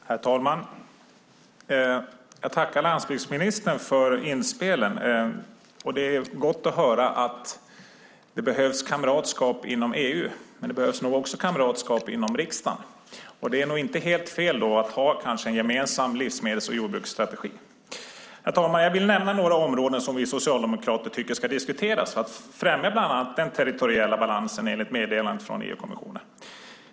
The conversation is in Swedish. Herr talman! Jag tackar landsbygdsministern för inspelen. Det är gott att höra att det behövs kamratskap inom EU. Men det behövs nog också kamratskap inom riksdagen, och då är det inte helt fel att ha en gemensam livsmedels och jordbruksstrategi. Jag vill nämna några områden som vi socialdemokrater tycker ska diskuteras för att främja bland annat den territoriella balansen enligt meddelandet från EU-kommissionen.